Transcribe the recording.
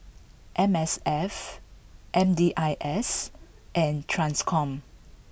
M S F M D I S and Transcom